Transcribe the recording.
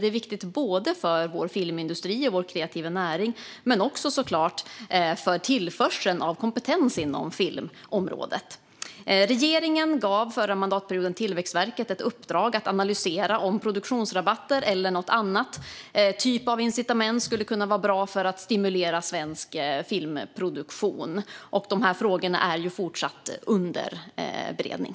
Det är viktigt både för vår filmindustri och vår kreativa näring och för tillförseln av kompetens inom filmområdet. Regeringen gav förra mandatperioden Tillväxtverket ett uppdrag att analysera om produktionsrabatter eller någon annan typ av incitament skulle kunna vara bra för att stimulera svensk filmproduktion. De frågorna är fortsatt under beredning.